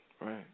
right